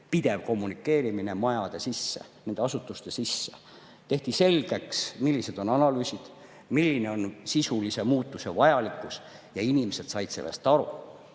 pidev kommunikeerimine majade sisse, nende asutuste sisse. Tehti selgeks, millised on analüüsid, milline on sisulise muutuse vajalikkus. Inimesed said sellest aru.